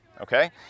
Okay